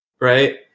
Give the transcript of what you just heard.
right